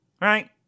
right